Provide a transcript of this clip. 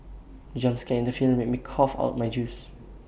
the jump scare in the film made me cough out my juice